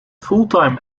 fulltime